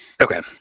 Okay